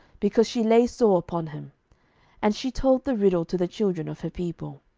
because she lay sore upon him and she told the riddle to the children of her people.